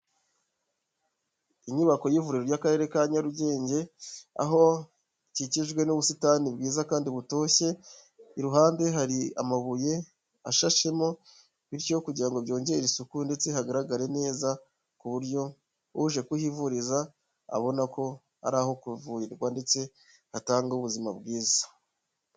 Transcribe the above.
Inyubako y'ivuriro ry'Akarere ka Nyarugenge aho ikikijwe n'ubusitani bwiza kandi butoshye, iruhande hari amabuye ashashemo bityo kugira ngo byongere isuku ndetse hagaragare neza, ku buryo uje kuhivuriza abona ko ari aho kuvurirwa ndetse hatanga ubuzima bwiza.